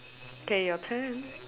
okay your turn